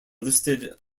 listed